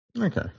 Okay